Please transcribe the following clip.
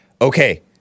Okay